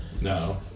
No